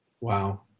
Wow